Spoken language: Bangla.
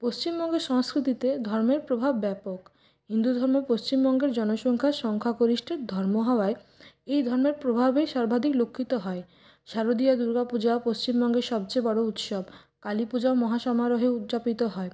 পশ্চিমবঙ্গের সংস্কৃতিতে ধর্মের প্রভাব ব্যাপক হিন্দু ধর্ম পশ্চিমবঙ্গের জনসংখ্যার সংখ্যাগরিষ্ঠের ধর্ম হওয়াই এই ধর্মের প্রভাবই সর্বাধিক লক্ষিত হয় শারদীয়া দুর্গাপূজা পশ্চিমবঙ্গের সবচেয়ে বড় উৎসব কালিপূজাও মহাসমারোহে উদযাপিত হয়